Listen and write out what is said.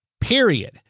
period